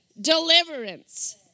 Deliverance